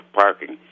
parking